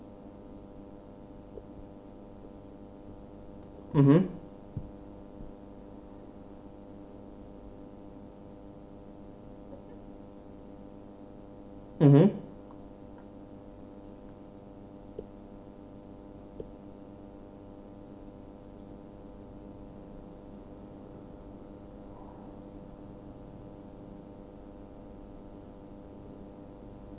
mmhmm mmhmm